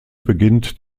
beginnt